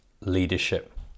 leadership